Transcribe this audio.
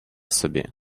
собі